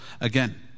again